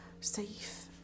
safe